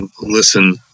listen